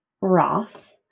Ross